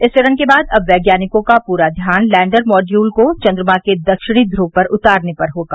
इस चरण के बाद अब वैज्ञानिकों का पूरा ध्यान लैण्डर मॉड्यूल को चन्द्रमा के दक्षिणी ध्रव पर उतारने पर रहेगा